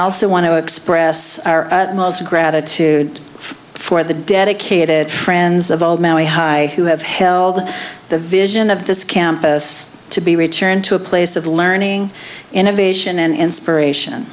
also want to express our gratitude for the dedicated friends of all my high who have held the vision of this campus to be returned to a place of learning innovation and inspiration